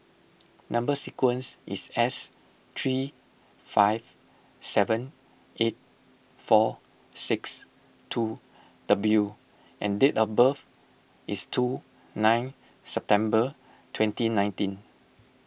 Number Sequence is S three five seven eight four six two W and date of birth is two nine September twenty nineteen